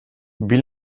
wie